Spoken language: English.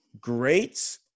great